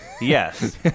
Yes